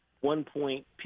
one-point